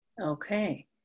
Okay